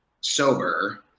sober